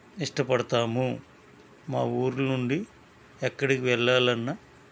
ఇష్టపడుతాము మా ఊరి నుండి ఎక్కడికి వెళ్ళాలి అన్నా